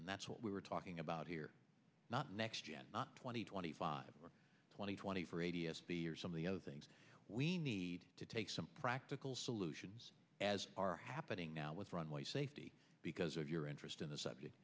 and that's what we were talking about here not next gen not twenty twenty five or twenty twenty for a d s p or some of the other things we need to take some practical solutions as are happening now with runway safety because of your interest in the subject